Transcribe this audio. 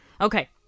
Okay